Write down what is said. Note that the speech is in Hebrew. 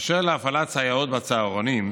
באשר להפעלת סייעות בצהרונים,